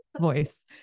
voice